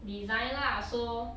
design lah so